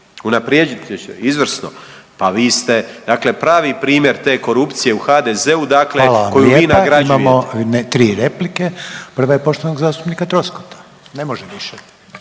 Unaprijedit ćete ju. Izvrsno. Pa vi ste dakle pravi primjer te korupcije u HDZ-u dakle koju vi nagrađujete. **Reiner, Željko (HDZ)** Hvala vam lijepa. Imamo tri replike. Prva je poštovanog zastupnika Troskota. Ne može više.